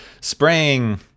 spraying